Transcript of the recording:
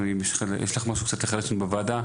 יש לך משהו לחדש לוועדה?